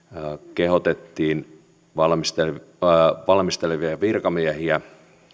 kehotettiin valmistelevia valmistelevia virkamiehiä